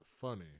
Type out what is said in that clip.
funny